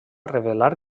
revelar